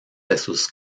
esos